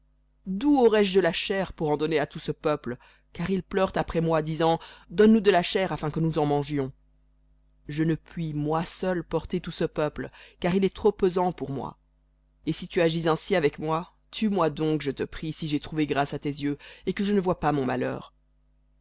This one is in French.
d'où aurais-je de la chair pour en donner à tout ce peuple car ils pleurent après moi disant donne-nous de la chair afin que nous en mangions je ne puis moi seul porter tout ce peuple car il est trop pesant pour moi et si tu agis ainsi avec moi tue-moi donc je te prie si j'ai trouvé grâce à tes yeux et que je ne voie pas mon malheur